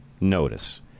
notice